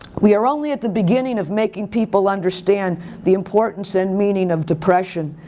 we are only at the beginning of making people understand the importance and meaning of depression,